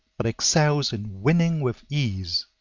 but excels in winning with ease.